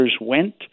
went